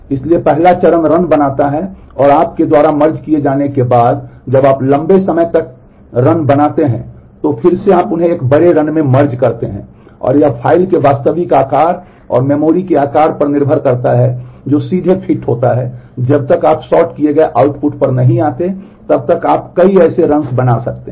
इसलिए पहला चरण रन बनाता है और अब आपके द्वारा मर्ज किए जाने के बाद जब आप लंबे समय तक रन बनाते हैं तो फिर से आप उन्हें एक बड़े रन में मर्ज करते हैं और यह फ़ाइल के वास्तविक आकार और मेमोरी के आकार पर निर्भर करता है जो सीधे फिट होता है जब तक आप सॉर्ट किए गए आउटपुट पर नहीं आते तब तक आप कई ऐसे रन्स बना सकते हैं